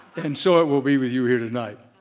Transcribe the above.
and so it will be with you here tonight.